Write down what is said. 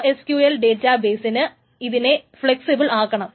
NoSQL data ബെയ്സിന് ഇതിനെ flexible ആക്കണം